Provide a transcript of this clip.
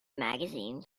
magazine